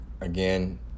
again